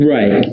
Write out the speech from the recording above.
Right